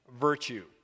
virtue